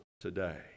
today